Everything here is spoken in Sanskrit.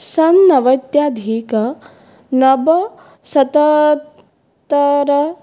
षन्नवत्यधिक नव शतोत्तर